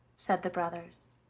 said the brothers.